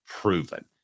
proven